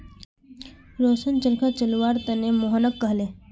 रोशन चरखा चलव्वार त न मोहनक कहले